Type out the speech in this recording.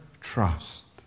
trust